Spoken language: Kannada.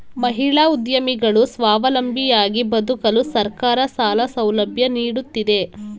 ಮಹಿಳಾ ಉದ್ಯಮಿಗಳು ಸ್ವಾವಲಂಬಿಯಾಗಿ ಬದುಕಲು ಸರ್ಕಾರ ಸಾಲ ಸೌಲಭ್ಯ ನೀಡುತ್ತಿದೆ